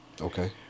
Okay